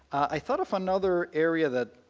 i thought if another area that